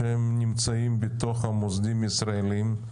שנמצאים בתוך המוסדיים הישראלים.